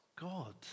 God